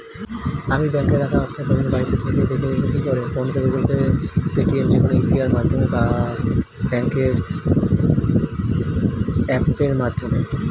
আমি ব্যাঙ্কে রাখা অর্থের পরিমাণ বাড়িতে থেকে দেখব কীভাবে?